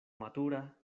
matura